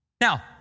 Now